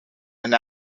and